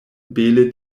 bele